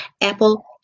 apple